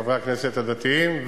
חברי הכנסת הדתיים,